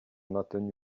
maintenu